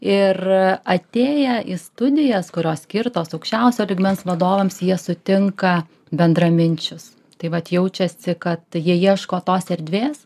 ir atėję į studijas kurios skirtos aukščiausio lygmens vadovams jie sutinka bendraminčius taip vat jaučiasi kad jie ieško tos erdvės